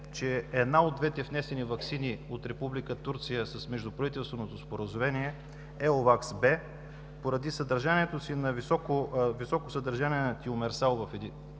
че една от двете внесени ваксини от Република Турция с междуправителствено споразумение – Еувакс-Б, поради високо съдържание на тиомерсал в единична